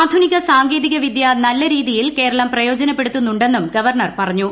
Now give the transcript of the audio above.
ആധുനിക സാങ്കേതിക വിദ്യ നല്ല രീതിയിൽ കേരളം പ്രയോജനപ്പെടുത്തുന്നുെന്നും ഗവർണ്ണർ പറഞ്ഞു